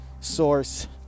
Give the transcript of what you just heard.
source